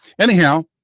anyhow